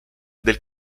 del